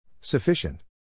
Sufficient